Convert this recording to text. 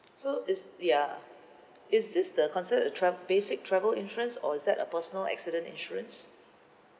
so is their is this the concept of travel basic travel insurance or is that a personal accident insurance